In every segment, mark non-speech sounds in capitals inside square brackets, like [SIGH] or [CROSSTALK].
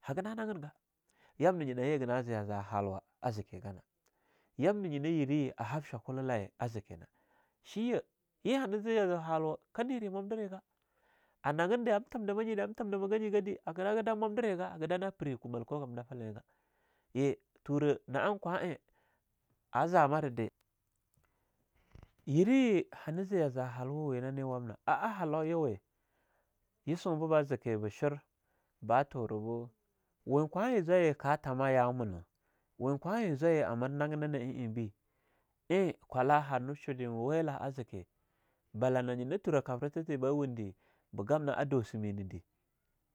Haga na nagengah, yamnah nye yi haganan zee yazo halwagana a zike ganah, yamnah nyena yerah ye ahab shwakulaye a zeke nah, she yah, ye hana zee yazo halwah, ka nere mumderigah, a nagin de ham tamda manye de ham tamdaga nye gadah hagada nan mwamdirigah haga da nan peri kumal ko kamda feleh gah. Yeh, turah na'an kwa'e haza marede. [NOISE] Yerah ye hana ze yaza halwa wawe nane wamna, a..a halauyawe yisunbah ba zeke ba shur, ba turo bo we kwahnye zwaye ka tamah yawu mina, we kwahnye zwaye amir nagaina na'ah einbe, eing kwalah hana shude ein welah a zeke. Balah na nyina turah kabrithateh ba wunde ba gamnah a dosime nede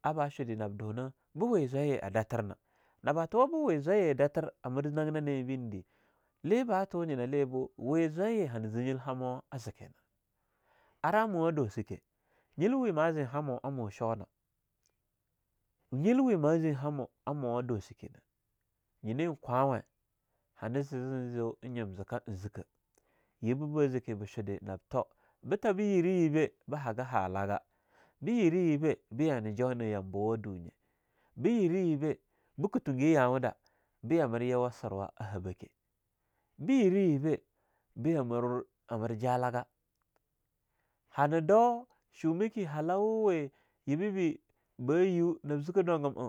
aba shude nab dunah, bewee zwaye a datir nah. Na bah tuwah bu wee zwaye a datir ha mir naginah na e be nah de, le bah tu nyena lebu we zwaiye hanah zee nyil hamo azeki nah arah muwa dosike, nyel wee ma zee hamo a mo shona, nyel wee ma zein hamo a muwa dosike nah, nyineh kwaweh hanah ze zin zu eing nyim zeka eing zekah, yibah ba zeke ba shude nab toh, be tabe yerah yibeh haga hallahga, be yerah yebah beyana jonah yambowa duninye, be yerah yibe beke tunge yawudah beya mir yuwa sirwa a habahke, be yerah yibe beya mir jalagah, hana do shumake halawawe yebabee ba yu nab zike dwagum'a.